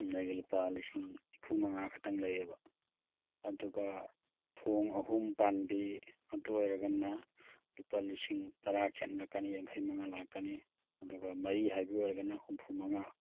ꯆꯨꯝꯅꯒꯤ ꯂꯨꯄꯥ ꯂꯤꯁꯤꯡ ꯅꯤꯐꯨ ꯃꯉꯥ ꯈꯛꯇꯪ ꯂꯩꯌꯦꯕ ꯑꯗꯨꯒ ꯊꯣꯡ ꯑꯍꯨꯝ ꯄꯥꯟꯕꯤ ꯑꯗꯨ ꯑꯣꯏꯔꯒꯅ ꯂꯨꯄꯥ ꯂꯤꯁꯤꯡ ꯇꯔꯥ ꯈꯦꯠꯅꯔꯛꯀꯅꯤ ꯌꯥꯡꯈꯩ ꯃꯉꯥ ꯂꯥꯛꯀꯅꯤ ꯑꯗꯨꯒ ꯃꯔꯤ ꯍꯥꯏꯕꯤ ꯑꯣꯏꯔꯒꯅ ꯍꯨꯝꯐꯨ ꯃꯉꯥ